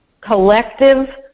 collective